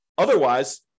Otherwise